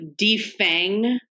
defang